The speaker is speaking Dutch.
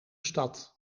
stad